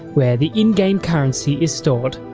where the in-game currency is stored.